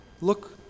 Look